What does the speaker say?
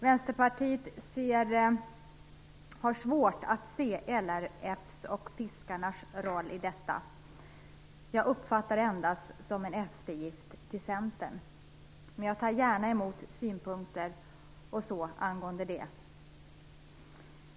Vänsterpartiet har svårt att se LRF:s och fiskarnas roll i detta. Jag uppfattar det endast som en eftergift till Centern. Men jag tar gärna emot synpunkter angående det.